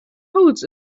holes